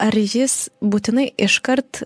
ar jis būtinai iškart